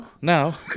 Now